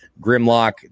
Grimlock